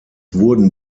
wurden